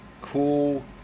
cool